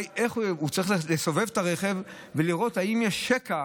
הוא צריך לסובב את הרכב ולראות אם יש שקע